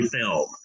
film